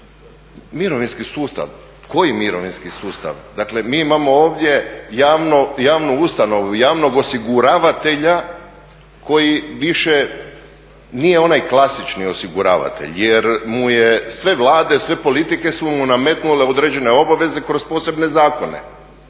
Mirovinski sustav, koji mirovinski sustav? Dakle mi imamo ovdje javnu ustanovu, javnog osiguravatelja koji više nije onaj klasični osiguravatelj jer mu je sve Vlade, sve politike su mu nametnule određene obaveze kroz posebne zakone,